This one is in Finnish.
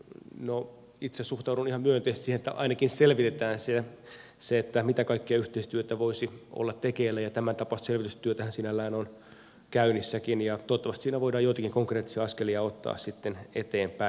no itse suhtaudun ihan myönteisesti siihen että ainakin selvitetään se mitä kaikkea yhteistyötä voisi olla tekeillä ja tämäntapaista selvitystyötähän sinällään on käynnissäkin ja toivottavasti siinä voidaan joitakin konkreettisia askelia ottaa sitten eteenpäin